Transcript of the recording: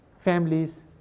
families